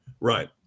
right